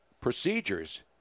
procedures